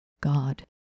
God